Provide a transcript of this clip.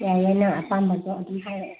ꯌꯥꯏ ꯌꯥꯏ ꯅꯪ ꯑꯄꯥꯝꯕꯗꯣ ꯑꯗꯨꯝ ꯍꯥꯏꯔꯛꯑꯣ